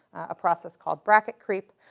a process called bracket creep.